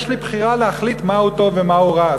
יש לי בחירה להחליט מהו טוב ומהו רע.